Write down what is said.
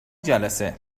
جلسه